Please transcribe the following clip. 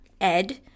Ed